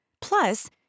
Plus